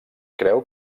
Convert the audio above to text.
creu